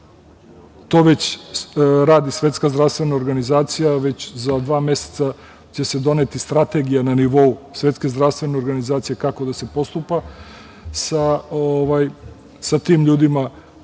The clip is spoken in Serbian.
To već radi Svetska zdravstvena organizacija. Već za dva meseca će se doneti strategija na nivou Svetske zdravstvene organizacije kako da se postupa sa tim ljudima koji